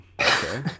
Okay